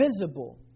visible